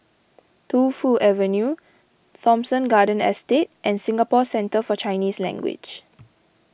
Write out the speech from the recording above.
Tu Fu Avenue Thomson Garden Estate and Singapore Centre for Chinese Language